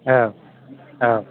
औ औ